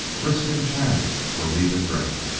risk and chance were meat and drink.